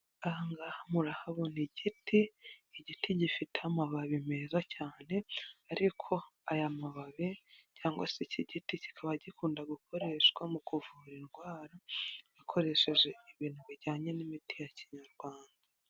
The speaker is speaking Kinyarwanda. Aha ngaha murahabona igiti, igiti gifite amababi meza cyane, ariko aya mababi, cyangwa se iki giti kikaba gikunda gukoreshwa mu kuvura indwara, bakoresheje ibintu bijyanye n'imiti ya kinyarwanda.